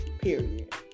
Period